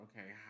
okay